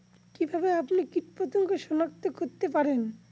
কিভাবে আপনি কীটপতঙ্গ সনাক্ত করতে পারেন?